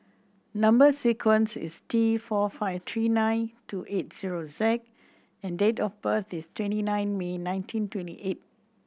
number sequence is T four five three nine two eight zero Z and date of birth is twenty nine May nineteen twenty eight